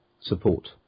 Support